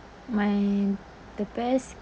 my the best